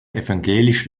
evangelisch